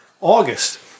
August